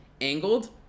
angled